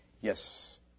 Yes